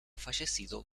fallecido